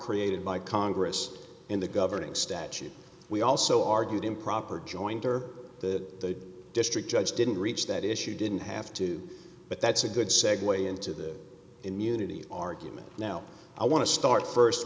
created by congress in the governing statute we also argued improper jointer the district judge didn't reach that issue didn't have to but that's a good segue into the immunity argument now i want to start